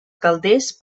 calders